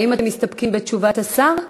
האם אתם מסתפקים בתשובת השר?